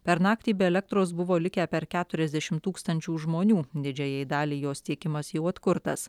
per naktį be elektros buvo likę per keturiasdešimt tūkstančių žmonių didžiajai daliai jos tiekimas jau atkurtas